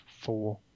four